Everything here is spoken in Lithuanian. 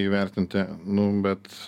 įvertinti nu bet